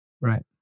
right